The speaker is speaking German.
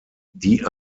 die